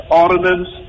ordinance